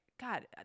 God